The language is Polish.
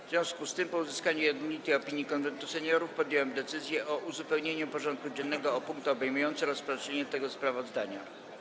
W związku z tym, po uzyskaniu jednolitej opinii Konwentu Seniorów, podjąłem decyzję o uzupełnieniu porządku dziennego o punkt obejmujący rozpatrzenie tego sprawozdania.